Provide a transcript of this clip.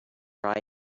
write